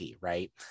right